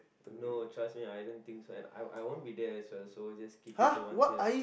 no trust me I don't think so and I I won't be there as well so just keep it to one tier